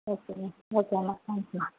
ஓகேம்மா ஓகேம்மா thank you